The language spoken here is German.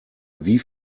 wie